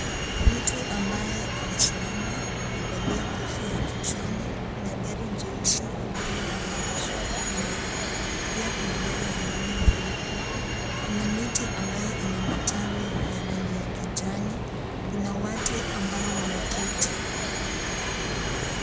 Mtu ambaye amesimama. amevalia kofia kichwani. Kuna gari jeusi ambalo limeegeshwa nyuma yake. Pia kuna gari jingine jeupe. Kuna miti ambayo ina matawi ya rangi ya kijani. Kuna watu ambao wameketi.